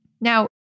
Now